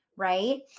right